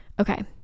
okay